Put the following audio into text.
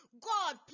God